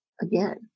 again